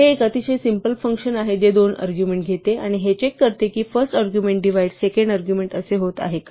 हे एक अतिशय सिम्पल फंकशन आहे जे दोन अर्ग्युमेण्ट घेते आणि हे चेक करते की first argument divide second argument असे होत आहे का